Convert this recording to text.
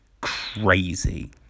crazy